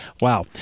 wow